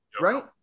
right